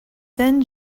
then